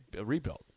rebuilt